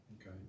Okay